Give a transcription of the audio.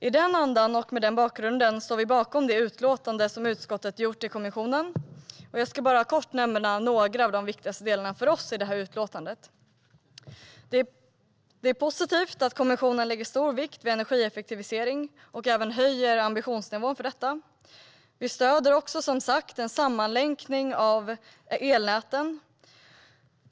I den andan och med denna bakgrund står vi bakom det utlåtande som utskottet har lämnat till kommissionen. Jag ska bara kort nämna några för oss viktiga delar i utlåtandet. Det är positivt att kommissionen lägger stor vikt vid energieffektivisering och även höjer ambitionsnivån för detta. Vi stöder som sagt en sammanlänkning av elnäten.